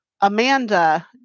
Amanda